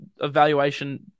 evaluation